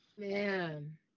Man